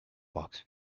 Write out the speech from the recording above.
box